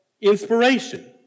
inspiration